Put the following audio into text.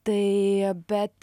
tai bet